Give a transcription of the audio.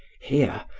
here,